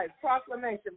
proclamation